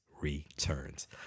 returns